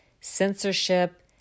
censorship